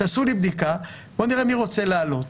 תעשו לי בדיקה, בוא נראה מי רוצה לעלות.